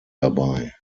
dabei